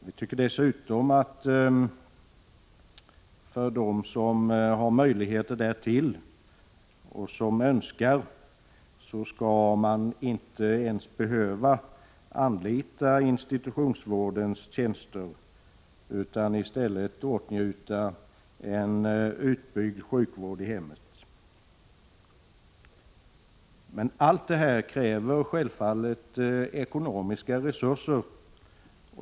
Vi tycker dessutom att de som har möjligheter därtill och som så önskar inte ens skall behöva anlita institutionsvårdens tjänster utan i stället åtnjuta en utbyggd sjukvård i hemmet. Men allt det här kräver självfallet ekonomiska resurser.